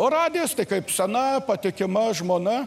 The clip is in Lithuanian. o radijas tai kaip sena patikima žmona